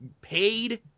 paid